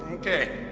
ok.